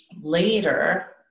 later